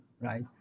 right